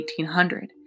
1800